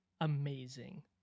amazing